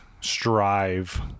strive